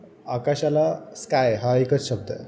आकाशाला स्काय हा एकच शब्द आहे